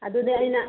ꯑꯗꯨꯅꯦ ꯑꯩꯅ